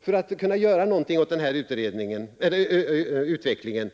För att kunna göra något åt denna hotande utveckling